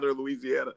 Louisiana